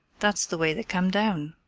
that's the way they come down,